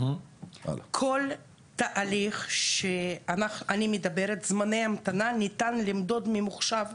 כל תהליך שאני מדברת עליו את זמני ההמתנה ניתן ללמוד באופן ממוחשב,